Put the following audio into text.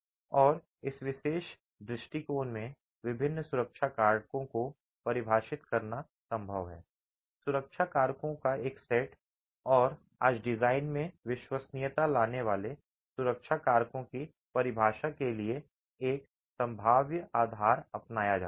और इस विशेष दृष्टिकोण में विभिन्न सुरक्षा कारकों को परिभाषित करना संभव है सुरक्षा कारकों का एक सेट और आज डिजाइन में विश्वसनीयता लाने वाले सुरक्षा कारकों की परिभाषा के लिए एक संभाव्य आधार अपनाया जाता है